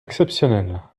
exceptionnels